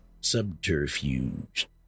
subterfuge